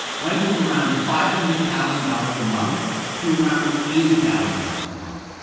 went from around five hundred thousand dollars a month to around eighty thousand dollars a month,